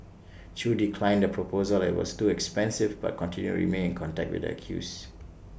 chew declined the proposal as IT was too expensive but continued to remain in contact with the accused